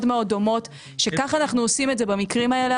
דומות שכך אנו עושים את זה במקרים האלה,